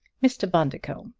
mr. bundercombe,